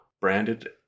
branded